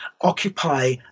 occupy